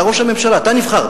אתה ראש הממשלה, אתה נבחרת.